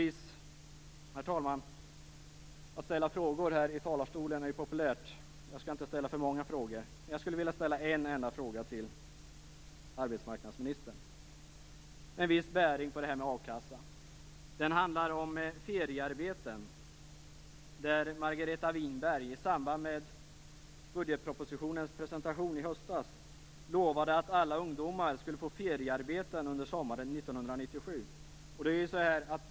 Det är populärt att ställa frågor i talarstolen. Jag skall inte ställa för många frågor. Men jag vill ställa en enda fråga till arbetsmarknadsministern. Den gäller med viss bäring på frågan om a-kassa. Frågan handlar om feriearbeten. Margareta Winberg lovade i samband med presentationen av budgetpropositionen i höstas att alla ungdomar skulle få feriearbeten under sommaren 1997.